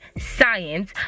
science